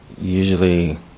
usually